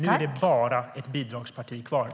Kvar finns bara ett bidragsparti.